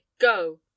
go